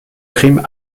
crime